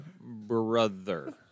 brother